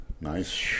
Nice